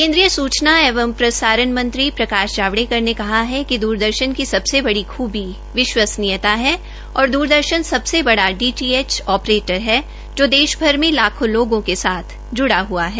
केन्द्रीय सुचना एवं प्रसारण मंत्री प्रकाश जावडेकर ने कहा है कि द्रदर्शन की सबसे बडी खुबी उसकी विश्वसनीयता है औश्र द्रदर्शन सबसे बड़ा डीटीएच ऑपरेटर है जो देश भर में लाखों लोगों के साथ जुड़ा हआ है